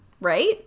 right